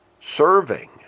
serving